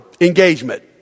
engagement